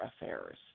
affairs